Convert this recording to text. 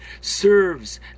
serves